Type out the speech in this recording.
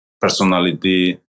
personality